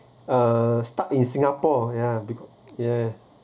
uh stuck in singapore ya be~ ya